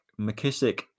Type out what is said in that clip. McKissick